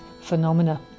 phenomena